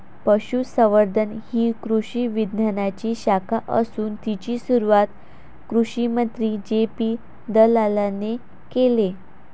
पशुसंवर्धन ही कृषी विज्ञानाची शाखा असून तिची सुरुवात कृषिमंत्री जे.पी दलालाने केले